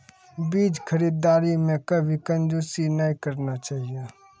बीज खरीददारी मॅ कभी कंजूसी नाय करना चाहियो